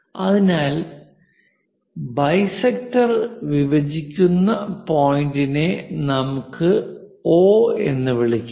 അതിനാൽ ഈ ബൈസെക്ടർ വിഭജിക്കുന്ന പോയിന്റിനെ നമുക്ക് O എന്ന് വിളിക്കാം